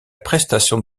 prestation